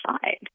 side